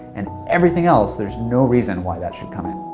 and everything else, there's no reason why that should come in